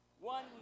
one